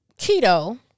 keto